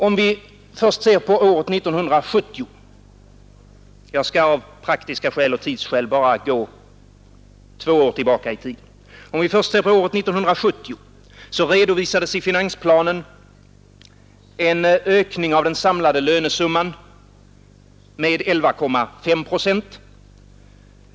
Om vi först ser på året 1970 — jag skall av praktiska skäl och av tidsskäl bara gå två år tillbaka i tiden — finner vi att det i tidsplanen redovisades en ökning av den samlade lönesumman med 11,5 procent.